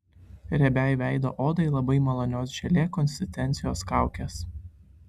riebiai veido odai labai malonios želė konsistencijos kaukės